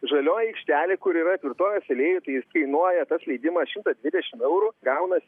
žalioj aikštelėj kuri yra tvirtovės alėjoj tai kainuoja tas leidimas šimtas dvidešim eurų gaunasi